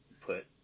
put